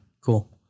cool